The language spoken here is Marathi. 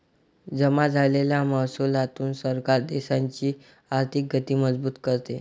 जमा झालेल्या महसुलातून सरकार देशाची आर्थिक गती मजबूत करते